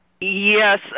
Yes